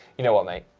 you know what mate,